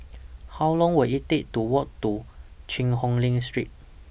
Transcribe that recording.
How Long Will IT Take to Walk to Cheang Hong Lim Street